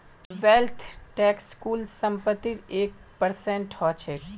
wealth tax कुल संपत्तिर एक परसेंट ह छेक